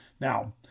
Now